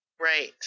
right